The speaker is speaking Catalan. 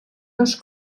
dos